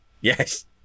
yes